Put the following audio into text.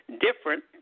different